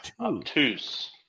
Obtuse